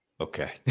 okay